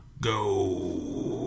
go